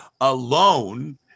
alone